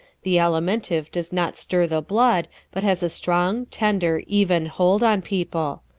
the alimentive does not stir the blood but has a strong, tender, even hold on people.